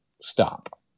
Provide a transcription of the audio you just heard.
stop